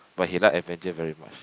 but he like adventure very much